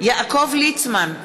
יעקב ליצמן,